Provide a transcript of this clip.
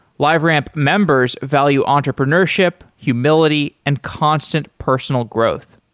liveramp members value entrepreneurship, humility and constant personal growth.